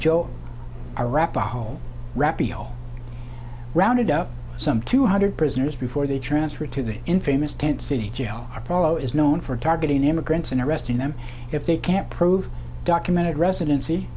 whole rounded up some two hundred prisoners before they transferred to the infamous tent city jail apollo is known for targeting immigrants and arresting them if they can't prove documented